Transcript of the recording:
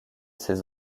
ses